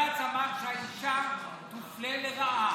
בג"ץ אמר שהאישה תופלה לרעה,